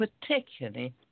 particularly